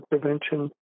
prevention